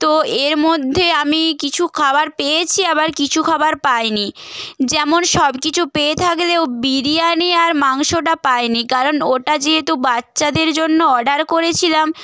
তো এর মধ্যে আমি কিছু খাবার পেয়েছি আবার কিছু খাবার পাইনি যেমন সব কিছু পেয়ে থাকলেও বিরিয়ানি আর মাংসটা পাইনি কারণ ওটা যেহেতু বাচ্চাদের জন্য অর্ডার করেছিলাম